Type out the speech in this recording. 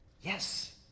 yes